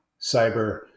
cyber